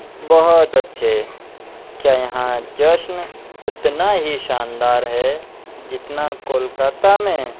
بہت اچھے کیا یہاں جشن اتنا ہی شاندار ہے جتنا کولکاتہ میں